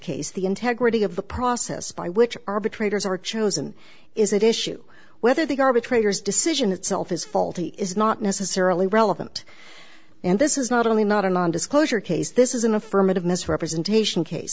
the integrity of the process by which arbitrators are chosen is an issue whether they are betrayers decision itself is faulty is not necessarily relevant and this is not only not a non disclosure case this is an affirmative misrepresentation case